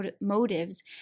motives